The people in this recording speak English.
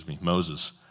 Moses